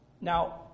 Now